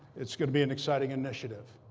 it's going to be an exciting initiative.